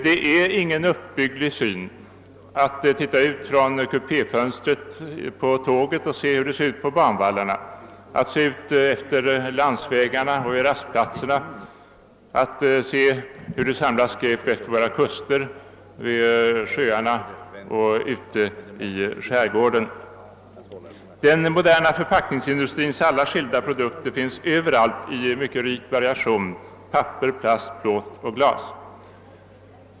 Det är ingen uppbygglig syn att från kupé fönstret på ett tåg titta ut på banvallarna eller att från bilen se ut över landsvägar och rastplatser eller att konstatera hur det samlas skräp utefter våra kuster, vid sjöarna och ute i skärgården. Den moderna förpackningsindustrins produkter av mångfaldiga slag finns överallt i rik variation: papper, plast, plåt och glas.